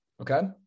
Okay